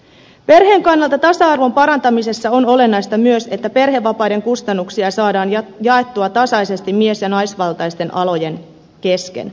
perheen kannalta tasa arvon parantamisessa on olennaista myös että perhevapaiden kustannuksia saadaan jaettua tasaisesti mies ja naisvaltaisten alojen kesken